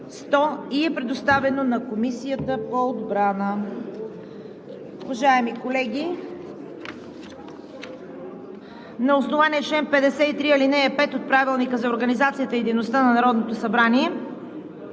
и е предоставено на Комисията по отбрана. Уважаеми колеги, на основание чл. 53, ал. 5 от Правилника за организацията и дейността на Народното събрание